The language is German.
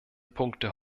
punkte